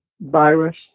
virus